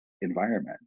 environment